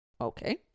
Okay